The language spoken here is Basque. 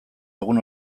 egun